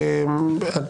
מי